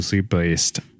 based